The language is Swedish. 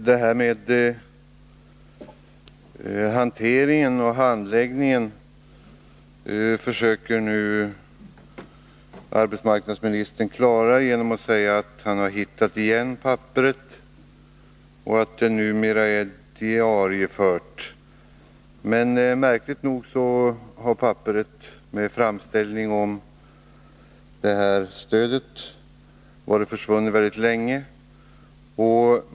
Herr talman! Arbetsmarknadsministern försöker nu när det gäller hanteringen av framställningen hänvisa till att han har hittat papperet och att det nu är diariefört. Men märkligt nog har papperet med framställningen om stödet varit försvunnet väldigt länge.